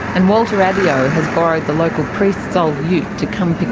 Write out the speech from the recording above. and walter abio has borrowed the local priest's old ute to come pick